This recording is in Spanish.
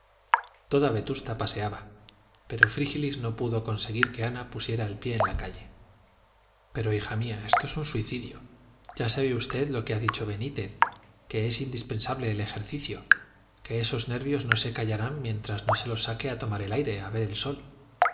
sol toda vetusta paseaba pero frígilis no pudo conseguir que ana pusiera el pie en la calle pero hija mía esto es un suicidio ya sabe usted lo que ha dicho benítez que es indispensable el ejercicio que esos nervios no se callarán mientras no se los saque a tomar el aire a ver el sol